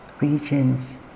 regions